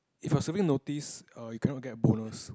if you're serving notice uh you cannot get a bonus